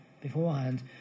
beforehand